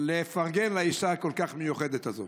לפרגן לאישה הכל-כך מיוחדת הזאת.